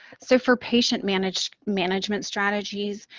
so, for patient management management strategies,